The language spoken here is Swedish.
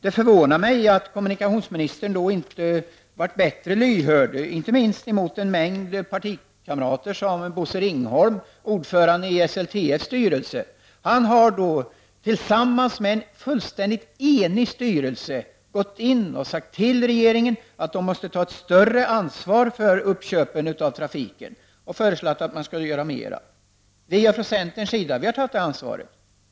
Det förvånar mig att kommunikationsministern inte har varit mera lyhörd, särskilt emot en mängd partikamrater. Bosse Ringholm, ordförande i SLTS:s styrelse, har tillsammans med en fullständigt enig styrelse gått in och sagt till regeringen att den måste ta ett större ansvar för uppköpen av trafiken och föreslagit att man skulle göra mera. Vi från centerns sida har tagit det ansvaret.